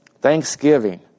thanksgiving